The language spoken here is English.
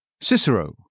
Cicero